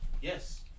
Yes